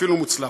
ואפילו מוצלחת.